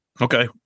Okay